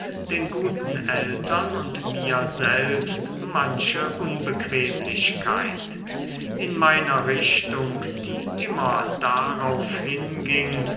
den guten eltern und mir selbst manche unbequemlichkeit in meiner richtung die immer darauf hinging